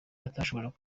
atashoboraga